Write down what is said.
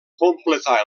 completà